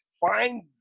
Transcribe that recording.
find